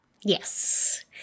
Yes